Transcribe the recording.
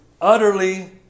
utterly